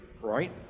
right